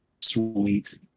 Sweet